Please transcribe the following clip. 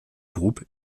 groupe